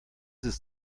ist